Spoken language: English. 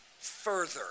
further